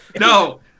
No